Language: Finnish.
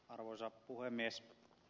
arvoisa puhemies